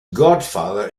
godfather